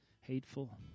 hateful